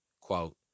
Quote